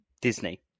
Disney